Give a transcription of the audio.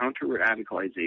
counter-radicalization